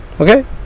Okay